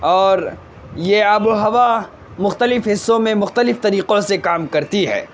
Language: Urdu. اور یہ آب و ہوا مختلف حصوں میں مختلف طریقوں سے کام کرتی ہے